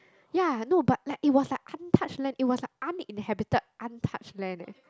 ya no but like it was like untouched land it was like uninhabited untouched land eh